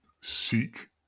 seek